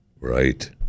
Right